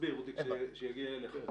כשיגיע תורך.